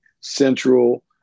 central